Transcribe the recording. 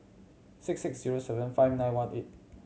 six six zero seven five nine one eight